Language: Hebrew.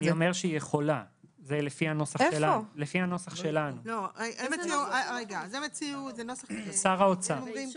אני אומר שלפי הנוסח שלנו הממשלה יכולה --- רק שנייה.